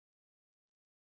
okay